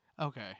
Okay